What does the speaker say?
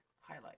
highlight